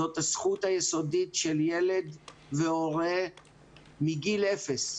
זאת הזכות היסודית של ילד והורה מגיל אפס,